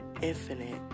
infinite